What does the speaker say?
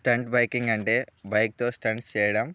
stunt biking అంటే బైక్తో stunts చేయడం